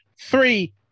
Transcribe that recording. three